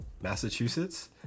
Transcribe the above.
Massachusetts